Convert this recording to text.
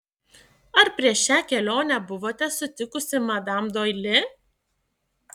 ar prieš šią kelionę buvote sutikusi madam doili